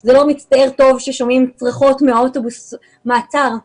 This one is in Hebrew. וזה לא מצטייר טוב כששומעים צרחות מאוטובוס המעצרים.